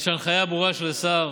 יש הנחיה ברורה של השר